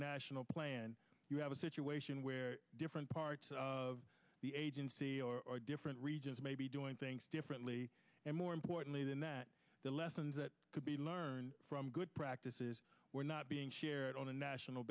national plan you have a situation where different parts of the agency or different regions may be doing things differently and more importantly than that the lessons that could be learned from good practices were not being shared on a national